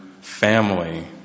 family